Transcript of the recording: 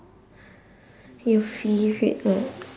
your favourite know